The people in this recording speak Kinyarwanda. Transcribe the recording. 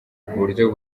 kuburyo